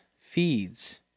feeds